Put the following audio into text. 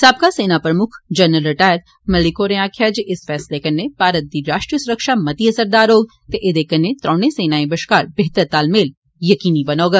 साबका सेना प्रमुक्ख general retired U P Malik होरें आक्खेआ जे इस फैसले कन्ने भारत दी राष्ट्री सुरक्षा मती असरदार ते एहदे कन्नै त्रौने सेनाएं बश्कार बेहतर तालमेल यकीनी बनोग